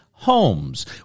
Homes